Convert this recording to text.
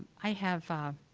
i have. a